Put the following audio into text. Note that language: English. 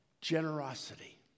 Generosity